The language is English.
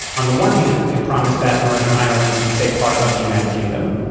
on the one hand, it promised that northern ireland would stay part of the united kingdom.